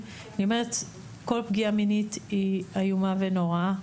אני אומרת שכל פגיעה מינית היא איומה ונוראה,